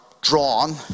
drawn